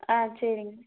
ஆ சரிங்க